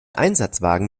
einsatzwagen